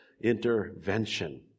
intervention